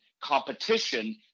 competition